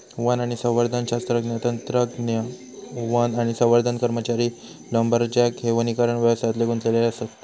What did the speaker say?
one आणि संवर्धन शास्त्रज्ञ, तंत्रज्ञ, वन आणि संवर्धन कर्मचारी, लांबरजॅक हे वनीकरण व्यवसायात गुंतलेले असत